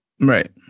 Right